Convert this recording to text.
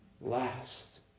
last